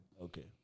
Okay